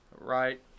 Right